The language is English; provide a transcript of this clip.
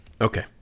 Okay